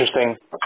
interesting